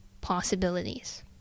possibilities